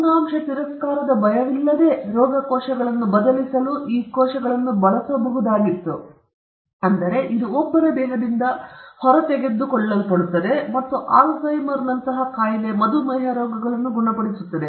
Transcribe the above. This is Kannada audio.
ಅಂಗಾಂಶ ತಿರಸ್ಕಾರದ ಭಯವಿಲ್ಲದೇ ರೋಗ ಕೋಶಗಳನ್ನು ಬದಲಿಸಲು ಈ ಕೋಶಗಳನ್ನು ಬಳಸಬಹುದಾಗಿತ್ತು ಏಕೆಂದರೆ ಇದು ಒಬ್ಬರ ದೇಹದಿಂದ ಹೊರತೆಗೆದುಕೊಳ್ಳಲ್ಪಡುತ್ತದೆ ಮತ್ತು ಆಲ್ಝೈಮರ್ನ ಕಾಯಿಲೆ ಮತ್ತು ಮಧುಮೇಹ ರೋಗಗಳನ್ನು ಗುಣಪಡಿಸುತ್ತದೆ